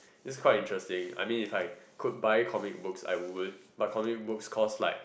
this quite interesting I mean if I could buy comic books I would my comic books cost like